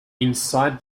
inside